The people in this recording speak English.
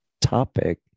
topic